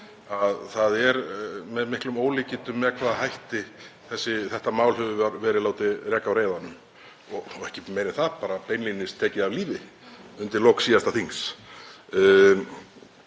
það er með miklum ólíkindum með hvaða hætti þetta mál hefur verið látið reka á reiðanum og ekkert meira en það, bara beinlínis tekið af lífi undir lok síðasta þings.